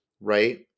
right